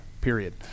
period